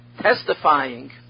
testifying